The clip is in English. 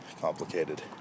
complicated